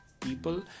people